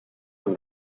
and